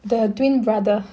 the twin brother